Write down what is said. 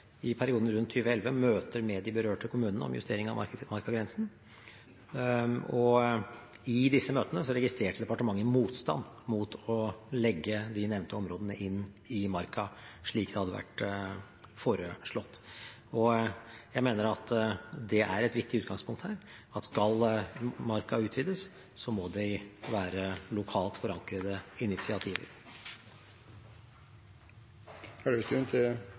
i perioden rundt 2011 møter med de berørte kommunene om justering av markagrensen. I disse møtene registrerte departementet motstand mot å legge de nevnte områdene inn i marka, slik det hadde vært foreslått. Jeg mener at det er et viktig utgangspunkt her: Skal marka utvides, må det være lokalt forankrede initiativer.